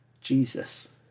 jesus